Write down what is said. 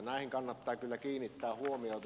näihin kannattaa kyllä kiinnittää huomiota